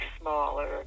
smaller